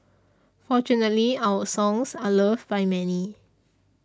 fortunately our songs are loved by many